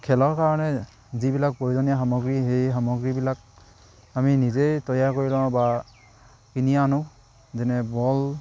খেলৰ কাৰণে যিবিলাক প্ৰয়োজনীয় সামগ্ৰী সেই সামগ্ৰীবিলাক আমি নিজেই তৈয়াৰ কৰি লওঁ বা কিনি আনো যেনে বল